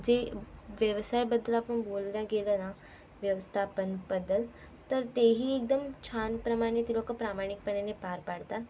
जे व्यवसायाबद्दल आपण बोलणं केलं ना व्यवस्थापनाबद्दल तर तेही एकदम छानप्रमाणे ते लोकं प्रामाणिकपणाने पार पाडतात